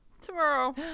tomorrow